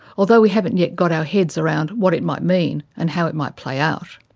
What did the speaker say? although we haven't yet got our heads around what it might mean and how it might play out.